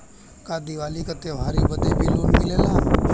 का दिवाली का त्योहारी बदे भी लोन मिलेला?